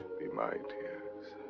be my tears.